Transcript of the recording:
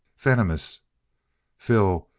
venomous phil,